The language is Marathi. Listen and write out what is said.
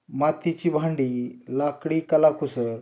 मातीची भांडी लाकडी कलाकुसर